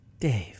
Dave